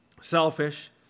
selfish